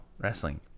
wrestling